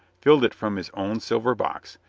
filled it from his own silver box,